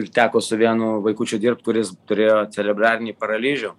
ir teko su vienu vaikučiu dirbt kuris turėjo cerebralinį paralyžių